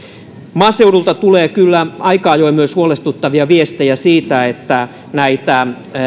maaseudulta tulee kyllä aika ajoin myös huolestuttavia viestejä siitä että näitä